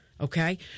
Okay